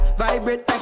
vibrate